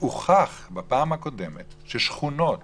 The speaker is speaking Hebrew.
הוכח בפעם הקודמת ששכונות